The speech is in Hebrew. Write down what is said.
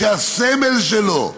שהסמל שלו,